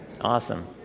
Awesome